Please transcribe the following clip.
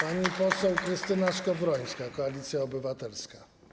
Pani poseł Krystyna Skowrońska, Koalicja Obywatelska.